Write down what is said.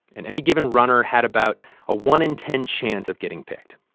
and any given runner had about a one in ten chance of getting picked.